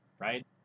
right